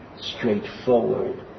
straightforward